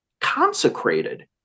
consecrated